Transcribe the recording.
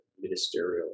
ministerial